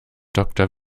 doktor